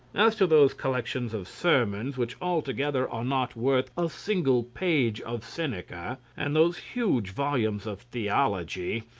as to those collections of sermons, which altogether are not worth a single page of seneca, and those huge volumes of theology,